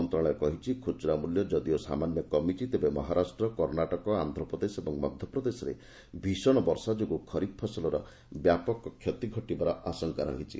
ମନ୍ତ୍ରଣାଳୟ କହିଛି ଖୁଚୁରା ମୂଲ୍ୟ ଯଦିଓ ସାମାନ୍ୟ କମିଛି ତେବେ ମହାରାଷ୍ଟ୍ର କର୍ଷ୍ଣାଟକ ଆନ୍ଧ୍ରପ୍ରଦେଶ ଓ ମଧ୍ୟପ୍ରଦେଶରେ ଭୀଷଣ ବର୍ଷା ଯୋଗୁଁ ଖରିଫ୍ ଫସଲର ବ୍ୟାପକ କ୍ଷତି ଘଟିବାର ଆଶଙ୍କା କରାଯାଉଛି